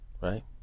Right